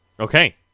Okay